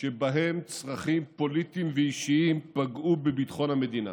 שבהן צרכים פוליטיים ואישיים פגעו בביטחון המדינה.